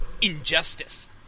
injustice